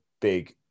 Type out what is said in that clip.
big